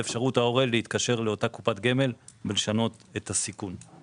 באפשרות ההורה להתקשר לאותה קופת גמל ולשנות את הסיכון.